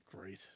Great